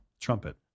Trumpet